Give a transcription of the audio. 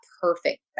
perfect